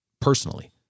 personally